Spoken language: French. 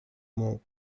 monts